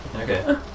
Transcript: Okay